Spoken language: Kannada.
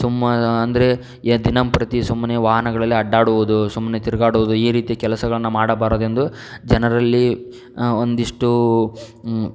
ಸುಮ್ಮ ಅಂದರೆ ಯಾ ದಿನಂಪ್ರತಿ ಸುಮ್ಮನೆ ವಾಹನಗಳಲ್ಲಿ ಅಡ್ಡಾಡುವುದು ಸುಮ್ಮನೆ ತಿರುಗಾಡುವುದು ಈ ರೀತಿ ಕೆಲಸಗಳನ್ನು ಮಾಡಬಾರದೆಂದು ಜನರಲ್ಲಿ ಒಂದಷ್ಟು